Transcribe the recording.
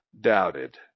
doubted